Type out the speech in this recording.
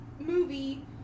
movie